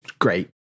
great